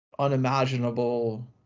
unimaginable